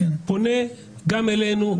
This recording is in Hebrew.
פונה גם אלינו,